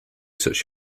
such